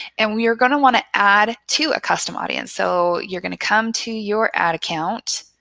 and we're going to want to add to a custom audience. so you're going to come to your ad account